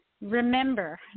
remember